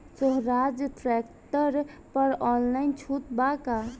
सोहराज tractor पर online छूट बा का?